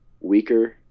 weaker